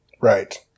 Right